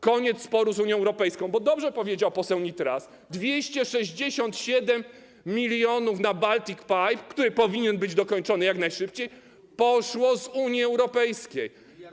Koniec sporu z Unią Europejską, bo dobrze powiedział poseł Nitras: 267 mln euro na Baltic Pipe, który powinien być dokończony jak najszybciej, poszło z Unii Europejskiej.